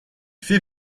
fait